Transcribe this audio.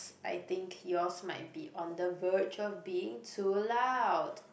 I think yours might be on the verge of being too loud